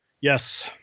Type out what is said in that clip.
Yes